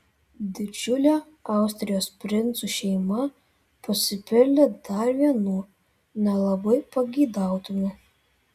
didžiulė austrijos princų šeima pasipildė dar vienu nelabai pageidautinu